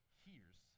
hears